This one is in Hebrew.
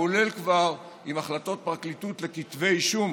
כולל כבר עם החלטות פרקליטות לכתבי אישום,